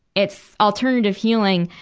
it's alternative healing,